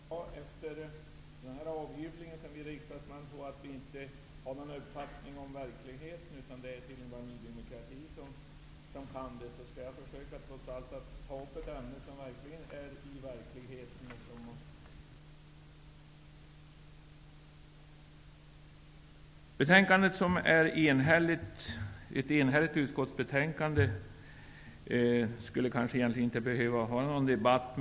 Herr talman! Efter denna avhyvling om att vi riksdagsmän inte har någon uppfattning om verkligheten utan att det tydligen bara är Ny demokrati som har det, skall jag trots allt försöka ta upp ett ämne som har med verkligheten att göra och som jag har satt mig in i genom att vara ute i den. Detta är ett enhälligt utskottsbetänkande som vi egentligen kanske inte skulle behöva föra en debatt om.